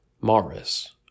Morris